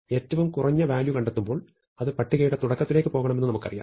ഏറ്റവും കുറഞ്ഞ വാല്യൂ കണ്ടെത്തുമ്പോൾ അത് പട്ടികയുടെ തുടക്കത്തിലേക്ക് പോകണമെന്ന് നമ്മൾക്കറിയാം